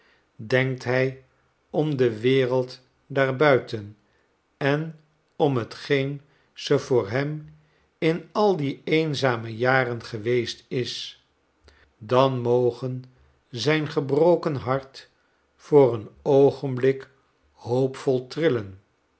denkt hij om de wereld daarbuiten en om t geen ze voor hem in al die eenzame jaren geweest is dan moge zijn gebroken hart voor een oogenblik hoopvol trillen